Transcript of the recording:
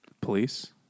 Police